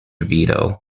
veto